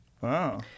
Wow